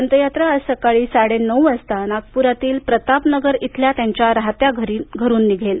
अंत्ययात्रा आज सकाळी साडे नऊ वाजता नागप्रातील प्रतापनगर इथल्या त्यांच्या राहत्या घरून निघेल